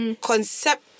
concept